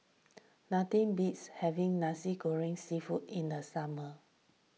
nothing beats having Nasi Goreng Seafood in the summer